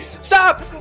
stop